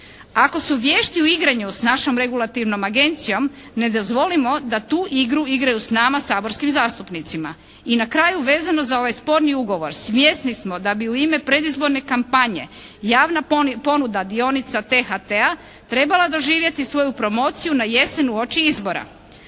Ako su vješti u igranju s našom regulativnom agencijom ne dozvolimo da tu igru igraju s nama saborskim zastupnicima. I na kraju, vezano za ovaj sporni ugovor svjesni smo da bi u ime predizborne kampanje javna ponuda dionica THT-a trebala doživjeti svoju promociju na jesen uoči izbora.